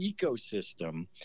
ecosystem